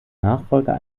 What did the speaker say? nachfolger